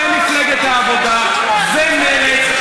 ומפלגת העבודה ומרצ,